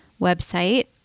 website